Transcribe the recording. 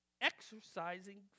Exercising